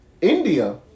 India